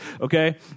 okay